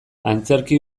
antzerki